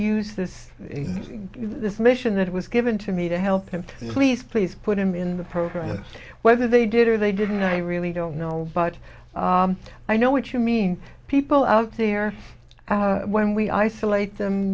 use this in this mission that was given to me to help him and please please put him in the program whether they did or they didn't i really don't know but i know what you mean people out there when we isolate them